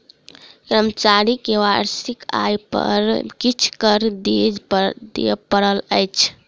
कर्मचारी के वार्षिक आय पर किछ कर दिअ पड़ैत अछि